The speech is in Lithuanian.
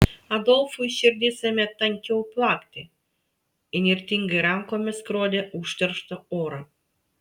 adolfui širdis ėmė tankiau plakti įnirtingai rankomis skrodė užterštą orą